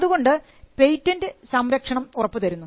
അതുകൊണ്ട് പേറ്റന്റ് സംരക്ഷണം ഉറപ്പു തരുന്നു